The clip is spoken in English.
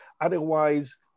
otherwise